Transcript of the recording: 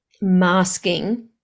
masking